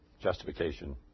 justification